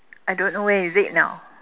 I don't know where is it now